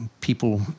people